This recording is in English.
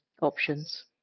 options